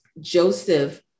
Joseph